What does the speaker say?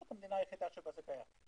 זו המדינה היחידה שבה זה קיים.